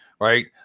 right